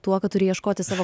tuo kad turi ieškoti savo